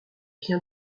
bien